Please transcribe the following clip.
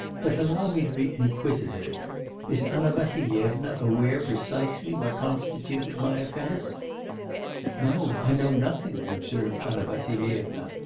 but allow me to be inquisitive is anna vassilyevna aware precisely what constituted my offence no, i know nothing observed anna vassilyevna,